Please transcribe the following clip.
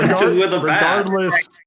regardless